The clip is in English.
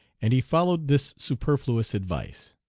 and he followed this superfluous advice.